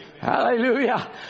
hallelujah